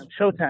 Showtime